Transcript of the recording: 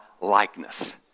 likeness